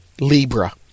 Libra